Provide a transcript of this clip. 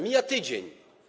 Mija tydzień.